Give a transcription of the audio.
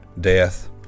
death